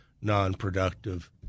non-productive